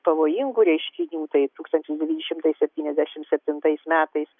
pavojingų reiškinių tai tūkstantis devyni šimtai septyniasdešimt septintais metais